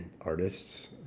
artists